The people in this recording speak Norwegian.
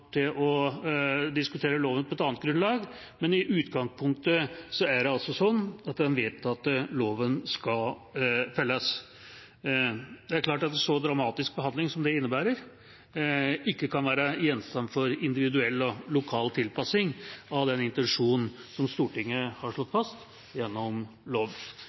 diskutere loven på et annet grunnlag. Men i utgangspunktet skal den vedtatte loven følges. Det er klart at en så dramatisk behandling som dette innebærer, ikke kan være gjenstand for individuell og lokal tilpassing av den intensjonen Stortinget har slått fast gjennom lov.